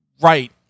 right